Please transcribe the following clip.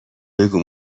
بگو